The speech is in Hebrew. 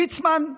ליצמן,